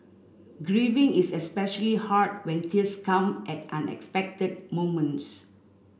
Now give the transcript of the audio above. grieving is especially hard when tears come at unexpected moments